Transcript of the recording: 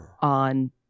on